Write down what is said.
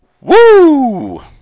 woo